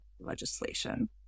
legislation